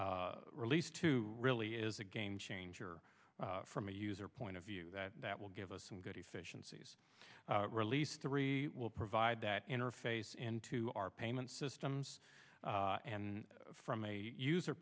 released to really is a game changer from a user point of view that that will give us some good efficiencies release three will provide that interface into our payment systems and from a user